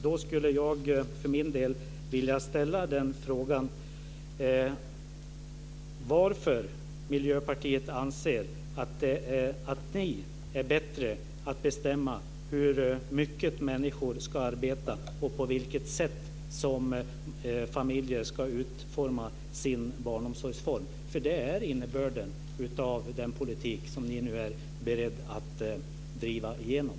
Då skulle jag för min del vilja ställa frågan: Varför anser Miljöpartiet att ni är bättre på att bestämma hur mycket människor ska arbeta och på vilket sätt som familjer ska utforma sin barnomsorg? Det är innebörden i den politik som ni nu är beredda att driva igenom.